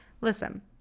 Listen